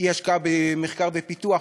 אי-השקעה במחקר ופיתוח,